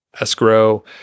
escrow